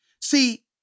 See